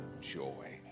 joy